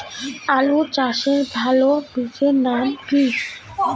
আলু চাষের ভালো বীজের নাম কি?